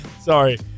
Sorry